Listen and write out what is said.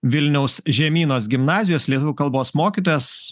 vilniaus žemynos gimnazijos lietuvių kalbos mokytojas